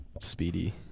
speedy